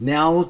Now